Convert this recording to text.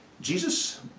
Jesus